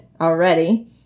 already